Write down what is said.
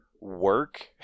work